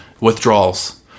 withdrawals